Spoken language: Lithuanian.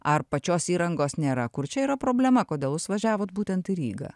ar pačios įrangos nėra kur čia yra problema kodėl jūs važiavot būtent į rygą